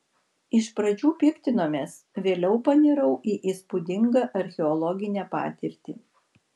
iš pradžių piktinomės vėliau panirau į įspūdingą archeologinę patirtį